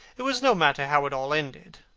it was no matter how it all ended,